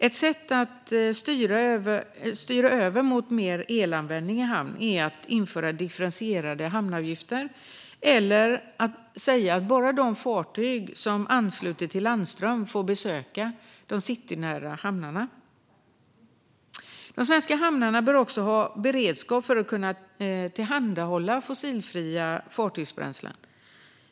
Ett sätt att styra över mot mer elanvändning i hamn är att införa differentierade hamnavgifter eller att säga att bara de fartyg som ansluter till landström får besöka de citynära hamnarna. De svenska hamnarna bör också ha beredskap för att kunna tillhandahålla fossilfria fartygsbränslen.